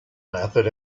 method